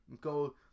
go